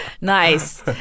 Nice